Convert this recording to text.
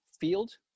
field